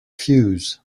fuse